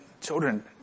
children